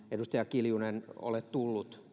edustaja kiljunen ole eduskuntaan tullut